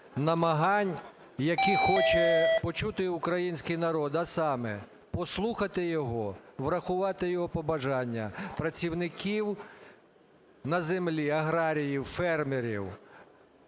намагань, які хоче почути український народ, а саме: послухати його, врахувати його побажання, працівників на землі, аграріїв, фермерів.